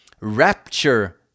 Rapture